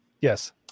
Yes